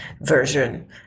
version